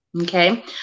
okay